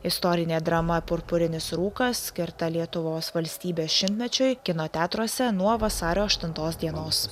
istorinė drama purpurinis rūkas skirta lietuvos valstybės šimtmečiui kino teatruose nuo vasario aštuntos dienos